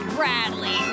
Bradley